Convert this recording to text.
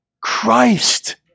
Christ